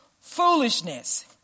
foolishness